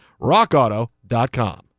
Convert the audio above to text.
Rockauto.com